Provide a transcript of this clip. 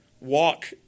walk